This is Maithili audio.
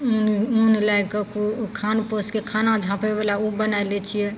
ऊन ऊन लएके खानपोशके खाना झाँपयवला उ बनाय लै छियै